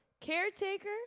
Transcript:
caretaker